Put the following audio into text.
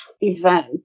event